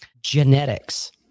Genetics